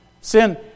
sin